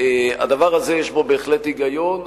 הדבר הזה יש בו בהחלט היגיון,